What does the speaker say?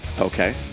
Okay